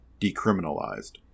decriminalized